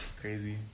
crazy